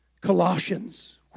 Colossians